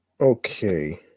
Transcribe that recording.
Okay